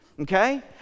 Okay